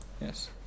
Yes